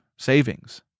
Savings